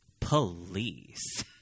Police